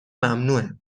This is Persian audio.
ممنوعه